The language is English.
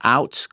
Out